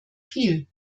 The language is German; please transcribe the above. viel